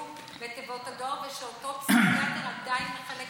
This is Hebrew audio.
לתיבות הדואר ושאותו פסיכיאטר עדיין מחלק תרופות?